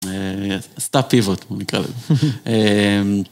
סטאפ פיבוט בוא נקרא לזה.